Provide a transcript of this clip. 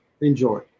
enjoy